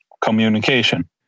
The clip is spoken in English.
communication